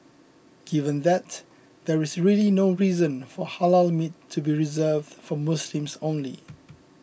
given that there is really no reason for Halal meat to be reserved for Muslims only